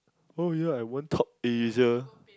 oh ya I won top Asia